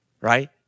right